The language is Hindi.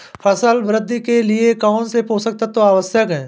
फसल वृद्धि के लिए कौनसे पोषक तत्व आवश्यक हैं?